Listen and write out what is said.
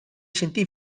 sentí